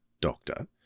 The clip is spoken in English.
Doctor